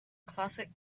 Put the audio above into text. classic